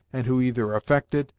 and who either affected,